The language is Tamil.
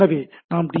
எனவே நாம் டி